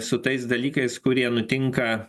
su tais dalykais kurie nutinka